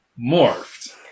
morphed